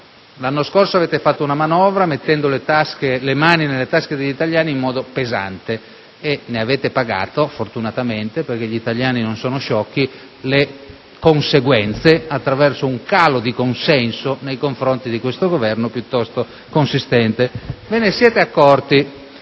l'anno scorso avete varato una manovra finanziaria mettendo le mani nelle tasche degli italiani in modo pesante e ne avete pagato, fortunatamente, perché gli italiani non sono sciocchi, le conseguenze attraverso un calo di consenso piuttosto consistente nei confronti di questo Governo. Ve ne siete accorti